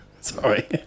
Sorry